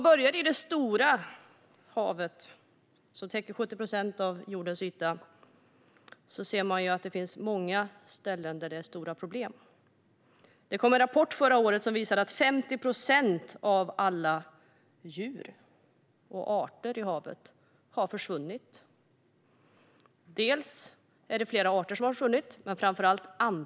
I det stora havet, som täcker 70 procent av jordens yta, finns det många ställen där det är stora problem. Det kom en rapport förra året som visar att 50 procent av arterna i havet har försvunnit. Framför allt har antalet djur minskat.